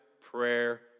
prayer